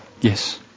Yes